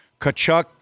Kachuk